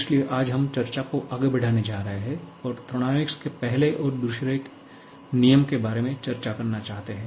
इसलिए आज हम चर्चा को आगे बढ़ाने जा रहे हैं और थर्मोडायनामिक्स के पहले और दूसरे नियम के बारे में चर्चा करना चाहते हैं